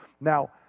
Now